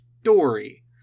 story